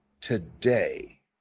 today